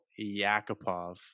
Yakupov